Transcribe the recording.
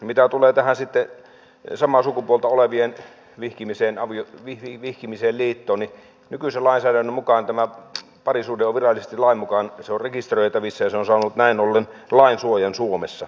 mitä tulee tähän samaa sukupuolta olevien vihkimiseen liittoon niin nykyisen lainsäädännön mukaan tämä parisuhde on virallisesti lainmukainen se on rekisteröitävissä ja se on saanut näin ollen lainsuojan suomessa